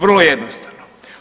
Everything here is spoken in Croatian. Vrlo jednostavno.